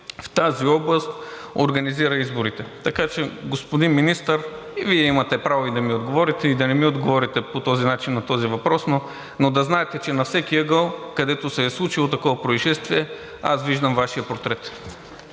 в тази област организира изборите. Така че, господин Министър, Вие имате право и да ми отговорите, и да не ми отговорите по този начин на този въпрос, но да знаете, че на всеки ъгъл, където се е случило такова произшествие, аз виждам Вашия портрет.